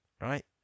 right